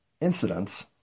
incidents